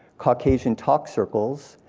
caucasian talk circles.